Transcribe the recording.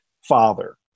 father